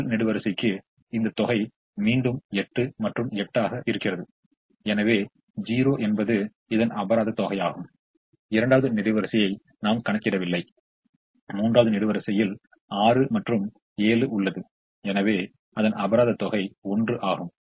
முதல் நெடுவரிசைக்கு இந்த தொகை மீண்டும் 8 மற்றும் 8 ஆக இருக்கிறது எனவே 0 என்பது அபராத தொகையாகும் இரண்டாவது நெடுவரிசை நாம் கணக்கிடவில்லை மூன்றாவது நெடுவரிசையில் 6 மற்றும் 7 உள்ளது எனவே அபராத தொகை 1 ஆகும்